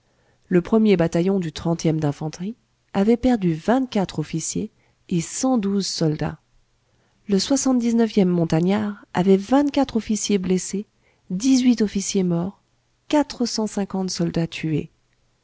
le premier bataillon du ème d'infanterie avait perdu vingt-quatre officiers et cent douze soldats le ème montagnards avait vingt-quatre officiers blessés dix-huit officiers morts quatre cent cinquante soldats tués